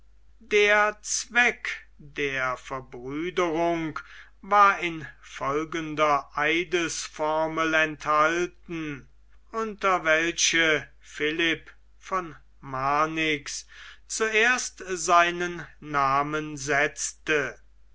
der zweck der verbrüderung war in folgender eidesformel enthalten unter welche philipp von marnix zuerst seinen namen setzte